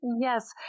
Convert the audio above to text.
Yes